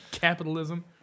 capitalism